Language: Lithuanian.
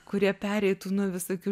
kurie pereitų nuo visokių